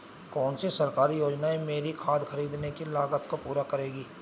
कौन सी सरकारी योजना मेरी खाद खरीदने की लागत को पूरा करेगी?